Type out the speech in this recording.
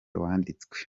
wanditswe